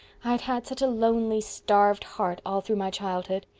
i had had such a lonely, starved heart all through my childhood.